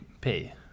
pay